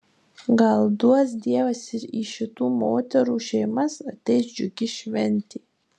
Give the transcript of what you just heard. gal duos dievas ir į šitų moterų šeimas ateis džiugi šventė